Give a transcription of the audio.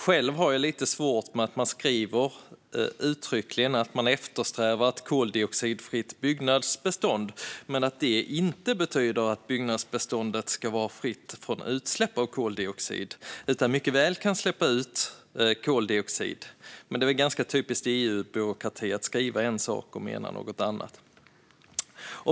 Själv har jag lite svårt att det uttryckligen skrivs att man eftersträvar ett koldioxidfritt byggnadsbestånd men att det inte betyder att byggnadsbeståndet ska vara fritt från utsläpp av koldioxid utan mycket väl kan släppa ut koldioxid. Men det är väl typiskt för EU-byråkratin att skriva en sak och mena något annat.